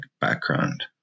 background